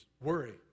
Worry